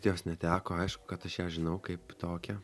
jos neteko aišku kad aš ją žinau kaip tokią